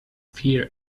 fear